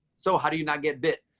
so how do you not get bit?